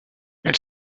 elle